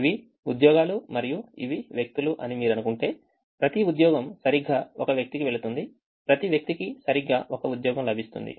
ఇవి ఉద్యోగాలు మరియు ఇవి వ్యక్తులు అని మీరు అనుకుంటే ప్రతి ఉద్యోగం సరిగ్గా ఒక వ్యక్తికి వెళుతుంది ప్రతి వ్యక్తికి సరిగ్గా ఒక ఉద్యోగం లభిస్తుంది